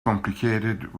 complicated